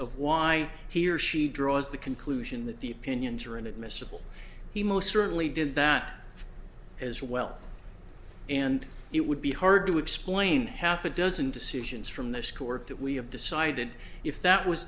of why he or she draws the conclusion that the opinions are inadmissible he most certainly did that as well and it would be hard to explain half a dozen decisions from this court that we have decided if that was